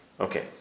Okay